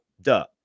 Duh